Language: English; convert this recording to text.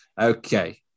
Okay